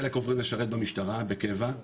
חלק עוברים לשרת במשטרה בקבע,